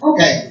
Okay